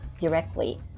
directly